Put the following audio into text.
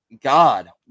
God